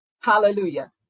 Hallelujah